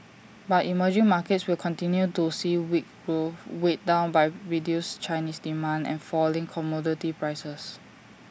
but emerging markets will continue to see weak growth weighed down by reduced Chinese demand and falling commodity prices